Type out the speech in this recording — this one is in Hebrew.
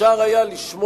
אפשר היה לשמוע,